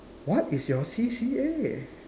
what is your C_C_A